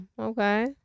okay